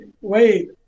wait